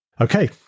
Okay